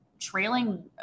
trailing